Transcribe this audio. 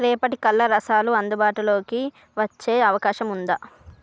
రేపటికల్లా రసాలు అందుబాటులోకి వచ్చే అవకాశం ఉందా